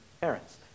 parents